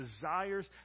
desires